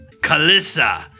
Kalissa